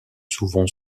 souvent